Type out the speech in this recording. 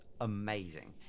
amazing